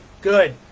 Good